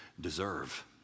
deserve